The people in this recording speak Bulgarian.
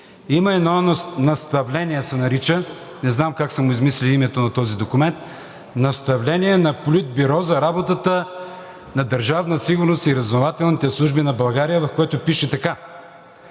има едно „Наставление“ се нарича, не знам как са му измислили името на този документ, „Наставление на Политбюро за работата на Държавна сигурност и разузнавателните служби на България“, в което пише така: